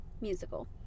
musical